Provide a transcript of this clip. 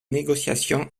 négociations